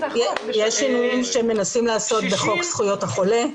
יש שינויים שמנסים לעשות בחוק זכויות החולה,